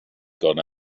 gone